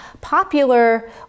popular